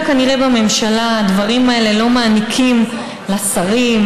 גם כנראה בממשלה הדברים האלה לא מעניקים לשרים,